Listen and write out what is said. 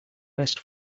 best